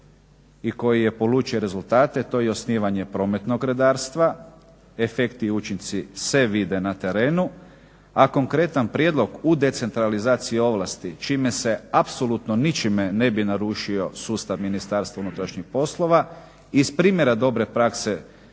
i koji je polučio rezultate to je osnivanje prometnog redarstva, efekti i učinci se vide na terenu, a konkretan prijedlog u decentralizaciji ovlasti čime se apsolutno ničime ne bi narušio sustav Ministarstva unutrašnjih poslova iz primjera dobre prakse